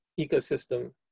ecosystem